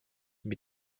mit